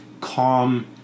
calm